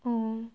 ও